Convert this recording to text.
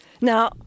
Now